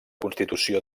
constitució